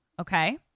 Okay